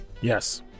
Yes